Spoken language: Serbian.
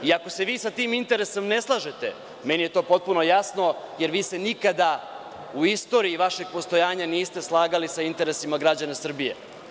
Ako se vi sa tim interesom ne slažete, meni je to potpuno jasno, jer vi se nikada u istoriji vašeg postojanja niste slagali sa interesima građana Srbije.